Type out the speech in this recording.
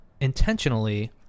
intentionally